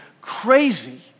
crazy